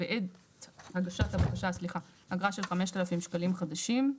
בעת הגשת הבקשה, אגרה של 5,000 שקלים חדשים.